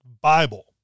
Bible